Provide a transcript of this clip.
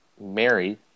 Mary